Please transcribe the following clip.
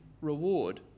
reward